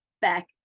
back